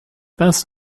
best